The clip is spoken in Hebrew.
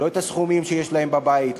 לא את הסכומים שיש להם בבית,